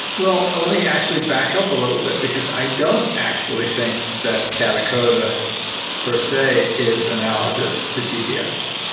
well, let me actually back up a little bit because i don't actually think that katacoda per se is analogous to gps.